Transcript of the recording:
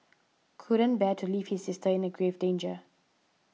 couldn't bear to leave his sister in a grave danger